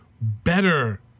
better